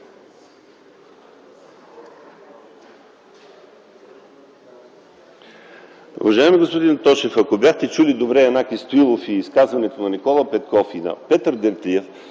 Уважаеми господин Тошев, ако бяхте чули добре Янаки Стоилов и изказването на Никола Петков и на Петър Дертлиев,